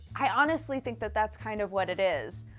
i honestly think that that's kind of what it is.